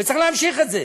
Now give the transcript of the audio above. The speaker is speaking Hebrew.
וצריך להמשיך את זה.